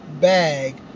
bag